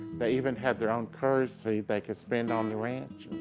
they even had their own currency they could spend on the ranch and